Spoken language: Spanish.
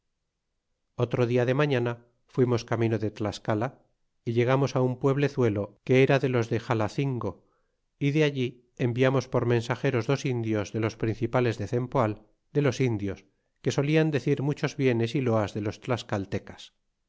otro dia de mañana fuimos camino de tlascala y llegaruos un pueblezuelo que era de los de xalacingo y de allí enviamos por mensageros dos indios de os principales de cempoal de los indios que solian decir muchos bienes y loas de los tlascaltecas